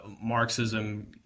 Marxism